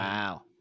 Wow